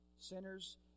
sinners